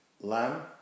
lamb